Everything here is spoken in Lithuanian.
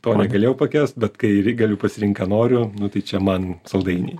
to negalėjau pakęst bet kai ri galiu pasirinkt ką noriu nu tai čia man saldainiai